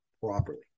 properly